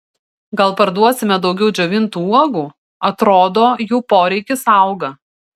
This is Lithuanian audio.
gal parduosime daugiau džiovintų uogų atrodo jų poreikis auga